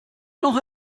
noch